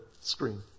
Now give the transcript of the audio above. screen